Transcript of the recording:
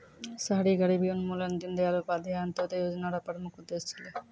शहरी गरीबी उन्मूलन दीनदयाल उपाध्याय अन्त्योदय योजना र प्रमुख उद्देश्य छलै